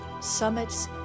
summits